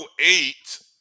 eight